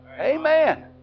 Amen